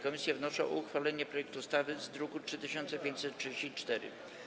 Komisje wnoszą o uchwalenie projektu ustawy z druku nr 3534.